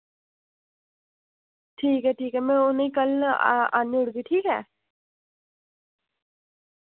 ठीक ऐ ठीक ऐ मैं उ'नें कल आ आह्नुड़गी ठीक ऐ